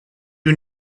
you